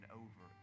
over